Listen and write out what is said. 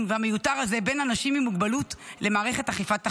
והמיותר הזה בין אנשים עם מוגבלות למערכת אכיפת החוק.